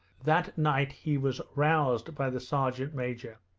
that night he was roused by the sergeant-major.